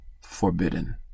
forbidden